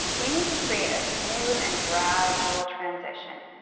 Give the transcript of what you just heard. we need to create a smooth and gradual transition.